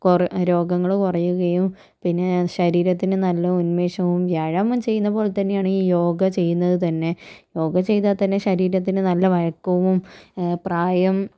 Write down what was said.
കുറെ രോഗങ്ങള് കുറയുകയും പിന്നെ ശരീരത്തിന് നല്ല ഉന്മേഷവും വ്യായാമം ചെയ്യുന്നത് പോലെ തന്നെയാണ് ഈ യോഗ ചെയ്യുന്നത് തന്നെ യോഗ ചെയ്താൽ തന്നെ ശരീരത്തിന് നല്ല വഴക്കവും പ്രായം